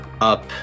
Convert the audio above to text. up